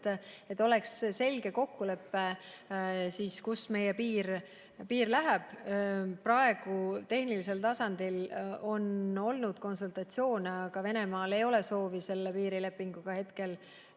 et oleks selge kokkulepe, kust meie piir läheb. Praegu on tehnilisel tasandil olnud konsultatsioone, aga Venemaal ei ole minu teada soovi piirilepinguga hetkel